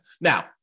Now